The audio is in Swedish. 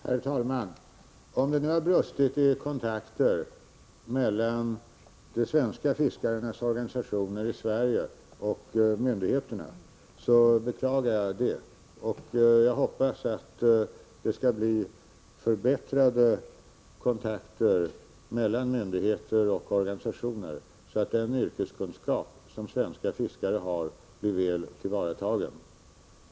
Herr talman! Om det nu har brustit i kontakter mellan de svenska fiskarnas organisationer i Sverige och myndigheterna beklagar jag detta. Jag hoppas att det skall bli förbättrade kontakter mellan myndigheter och organisationer, så att den yrkeskunskap som svenska fiskare har blir väl tillvaratagen.